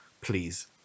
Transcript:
Please